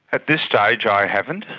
at this stage i haven't.